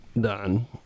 done